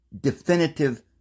definitive